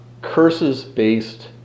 curses-based